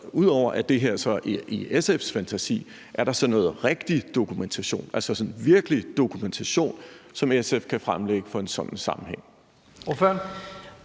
overført. Så ud over i SF's fantasi er der sådan rigtig dokumentation, altså sådan virkelig dokumentation, som SF kan fremlægge, for en sådan sammenhæng?